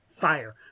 fire